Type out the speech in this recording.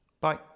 Bye